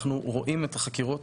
אנחנו רואים את החקירות.